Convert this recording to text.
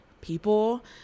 people